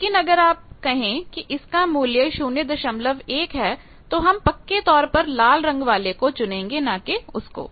लेकिन अगर आप कहें कि इस का मूल्य 01 है तो हम पक्के तौर पर लाल रंग वाले को चुनेंगे ना कि उसको